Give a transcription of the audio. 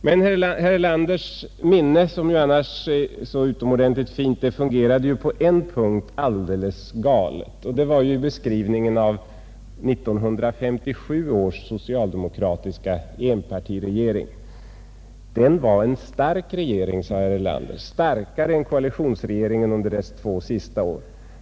Men herr Erlanders minne, som annars är så utomordentligt fint, fungerade på en punkt alldeles galet, och det var i beskrivningen av 1957 ärs socialdemokratiska enpartiregering. Den var en stark regering, sade herr Erlander, starkare än koalitionsregeringen under dess två sista år.